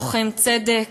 לוחם צדק,